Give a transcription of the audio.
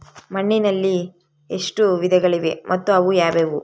ಮಣ್ಣಿನಲ್ಲಿ ಎಷ್ಟು ವಿಧಗಳಿವೆ ಮತ್ತು ಅವು ಯಾವುವು?